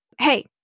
Hey